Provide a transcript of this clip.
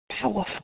powerful